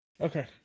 Okay